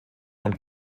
und